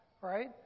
Right